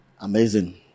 Amazing